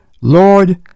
Lord